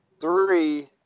Three